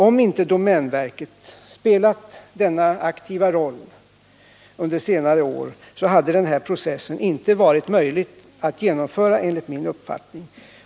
Om inte domänverket spelat denna aktiva roll under senare år hade den här processen inte varit möjlig att genomföra enligt min uppfattning.